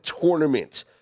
tournament